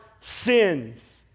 sins